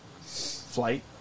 Flight